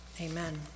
Amen